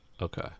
Okay